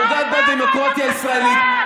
פוגעת בדמוקרטיה הישראלית,